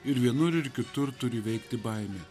ir vienur ir kitur turi veikti baimė